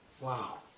Wow